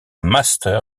master